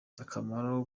akamaro